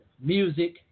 music